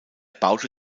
baute